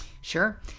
Sure